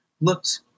looked